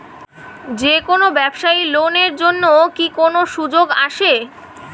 যে কোনো ব্যবসায়ী লোন এর জন্যে কি কোনো সুযোগ আসে?